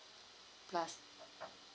plus